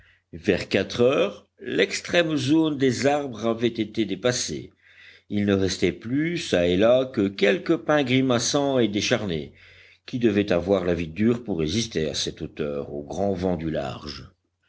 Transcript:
vers quatre heures l'extrême zone des arbres avait été dépassée il ne restait plus çà et là que quelques pins grimaçants et décharnés qui devaient avoir la vie dure pour résister à cette hauteur aux grands vents du large